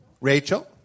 Rachel